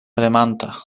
premanta